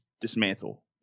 dismantle